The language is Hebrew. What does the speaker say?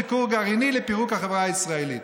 זה כור גרעיני לפירוק החברה הישראלית.